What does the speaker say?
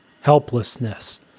helplessness